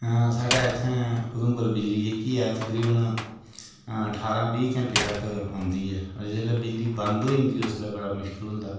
साढ़े इत्थें उधमपुर बिजली जेह्की ऐ तकरीबन ठारां बीह् घैंटे तक औंदी ऐ ते जिसलै बिजली बंद होई जंदी ते उसलै बड़ा मुश्कल होंदा